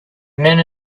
men